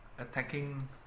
attacking